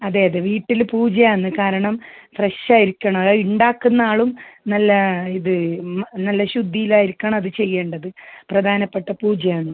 അതെ അതെ വീട്ടിൽ പൂജയാന്ന് കാരണം ഫ്രഷായിരിക്കണം അത് ഉണ്ടാക്കുന്ന ആളും നല്ല ഇത് നല്ല ശുദ്ധീലായിരിക്കണം അത് ചെയ്യേണ്ടത് പ്രധാനപ്പെട്ട പൂജയാണ്